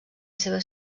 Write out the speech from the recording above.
seva